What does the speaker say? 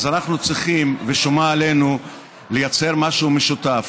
אנחנו צריכים ושומה עלינו לייצר משהו משותף.